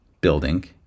building